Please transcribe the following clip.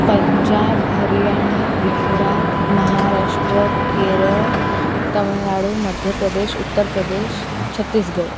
Punjab Haryana Gujarat Maharashtra Kerala Tamil Nadu Madhya Pradesh Uttar Pradesh Chhattisgarh